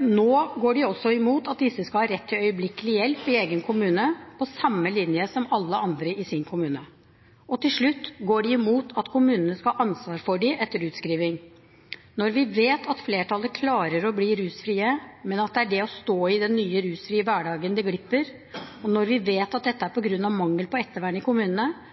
nå går de også i mot at disse skal ha rett til øyeblikkelig hjelp i egen kommune på samme linje som alle andre i sin kommune. Og til slutt går de i mot at kommunen skal ha ansvar for dem etter utskriving. Når vi vet at flertallet klarer å bli rusfrie, men at det er det å stå i den nye rusfrie hverdagen som glipper, og når vi vet at dette er på grunn av mangel på ettervern i kommunene,